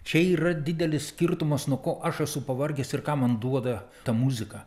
čia yra didelis skirtumas nuo ko aš esu pavargęs ir ką man duoda ta muzika